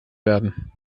werden